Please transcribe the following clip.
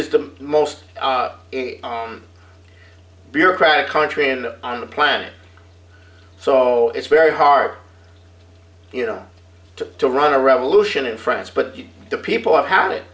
is the most bureaucratic country in on the planet so it's very hard you know to to run a revolution in france but the people have had it